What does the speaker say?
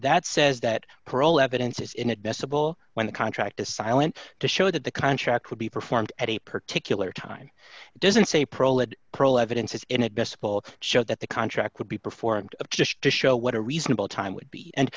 that says that for all evidence is inadmissible when the contract is silent to show that the contract would be performed at a particular time doesn't say prolife evidence is inadmissible showed that the contract would be performed of just to show what a reasonable time would be and